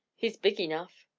he's big enough.